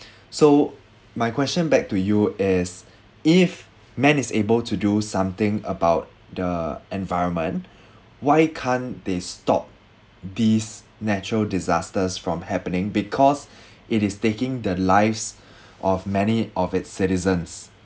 so my question back to you is if man is able to do something about the environment why can't they stop these natural disasters from happening because it is taking the lives of many of its citizens